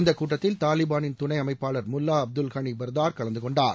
இந்த கூட்டத்தில் தாலிபானின் துணை அமைப்பாளர் முல்லா அப்துல் கனி பர்தார் கலந்து கொண்டார்